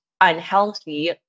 unhealthy